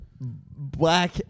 Black